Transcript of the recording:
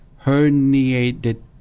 herniated